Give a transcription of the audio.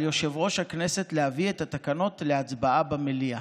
על יושב-ראש הכנסת להביא את התקנות להצבעה במליאה.